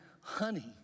honey